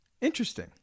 Interesting